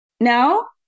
No